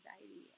anxiety